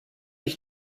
ich